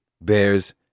bears